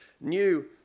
new